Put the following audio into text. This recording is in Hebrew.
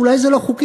אולי זה לא חוקי,